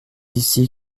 ici